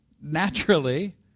naturally